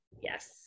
yes